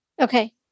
Okay